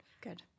Good